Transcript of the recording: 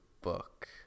book